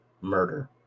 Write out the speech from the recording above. murder